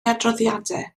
adroddiadau